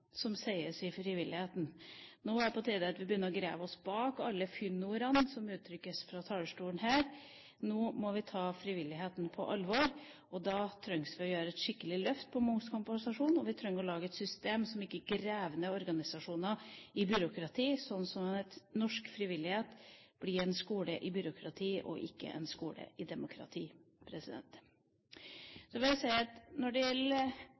som sies i frivilligheten. Nå er det på tide at vi begynner å grave bak alle fyndordene som uttrykkes fra talerstolen her. Nå må vi ta frivilligheten på alvor, og da trenger vi å ta et skikkelig løft på momskompensasjon, og vi trenger å lage et system som ikke graver ned organisasjoner i byråkrati, sånn at norsk frivillighet blir en skole i byråkrati og ikke en skole i demokrati. Når det gjelder